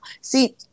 See